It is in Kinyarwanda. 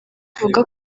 avuga